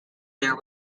there